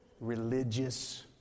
Religious